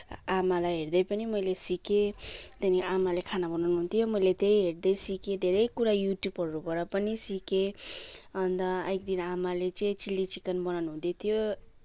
आमालाई हेर्दै पनि मैले सिकेँ त्यहाँदेखि आमाले खाना बनाउनु हुन्थ्यो मैले त्यही हेर्दै सिकेँ धेरै कुरा युट्युबहरूबाट पनि सिकेँ अन्त एकदिन आमाले चाहिँ चिली चिकन बनाउनु हुँदै थियो